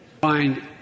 find